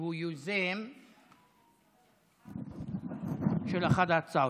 שהוא יוזם של אחת ההצעות.